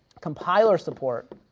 compiler support,